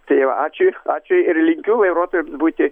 tai ačiū ačiū ir linkiu vairuotojams būti